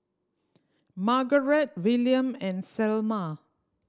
Margarett Willam and Selma